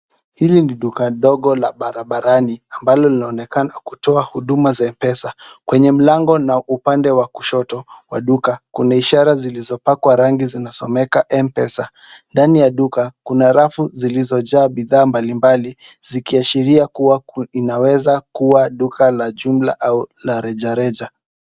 Hili ni nduka ndogo la barabarani ambalo linaonekana kutoa huduma za M-Pesa. Kwenye mlango na upande wa kushoto wa duka, kuna ishara zilizopakwa rangi na ziasomeka M-Pesa. Ndani ya duka kuna rafu zilizojaa bidhaa mbalimbali, zikiashiria kuwa inaweza kuwa duka la jumla au la reja reja.